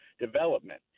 Development